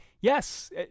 yes